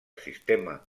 sistema